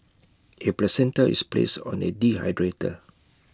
A placenta is placed on A dehydrator